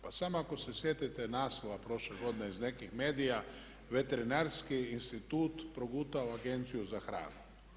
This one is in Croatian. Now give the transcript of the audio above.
Pa samo ako se sjetite naslove prošle godine iz nekih medija Veterinarski institut progutao Agenciju za hranu.